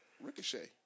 Ricochet